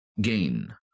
Gain